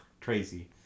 crazy